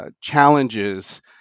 challenges